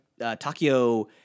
Takio